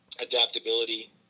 adaptability